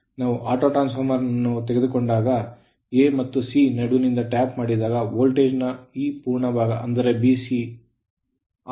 ನಾವು autotransformer ತೆಗೆದುಕೊಂಡಾಗ ನಾವು A ಮತ್ತು C ನಡುವಿನಿಂದ ಟ್ಯಾಪ್ ಮಾಡಿದ ವೋಲ್ಟೇಜ್ ನ ಈ ಪೂರ್ಣ ಭಾಗ ಅಂದರೆ BC